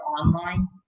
online